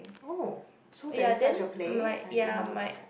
so there's such a play I didn't know about that